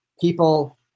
people